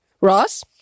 Ross